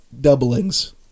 doublings